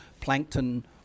plankton